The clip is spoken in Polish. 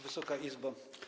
Wysoka Izbo!